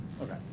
Okay